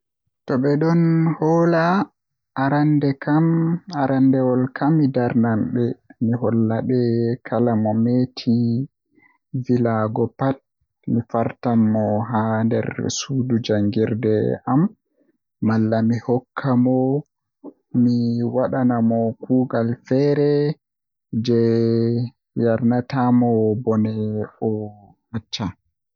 To ɓeɗon hola aranndewol kam mi darnan ɓe mi holinaɓe kala mo meti vilago pat mi fartan mo haa nder suudu jangirde am malla mi hokka mo mi wadamo kuugal feere jei yarnatamo bone to o accai.